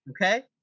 okay